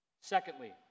Secondly